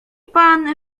pan